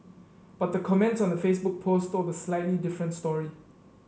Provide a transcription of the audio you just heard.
but the comments on the Facebook post told a slightly different story